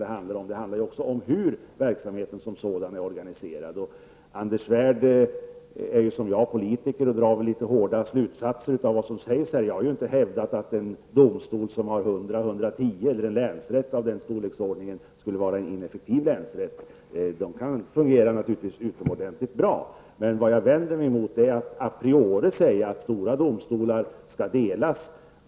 Det handlar om hur verksamheten som sådan är organiserad. Anders Svärd är liksom jag politiker och drar väl litet hårda slutsatser av vad som sägs här. Jag har inte hävdat att en domstol, en länsrätt, med ca 110 anställda skulle vara ineffektiv. Den kan naturligtvis fungera utomordentligt bra. Däremot vänder jag mig emot att man a priori säger att stora domstolar skall delas.